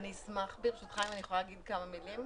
אשמח ברשותך להגיד כמה מילים?